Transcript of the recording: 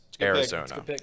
Arizona